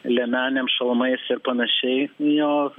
liemenėm šalmais ir panašiai jo